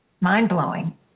mind-blowing